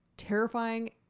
terrifying